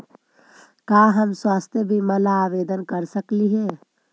का हम स्वास्थ्य बीमा ला आवेदन कर सकली हे?